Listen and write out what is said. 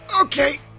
Okay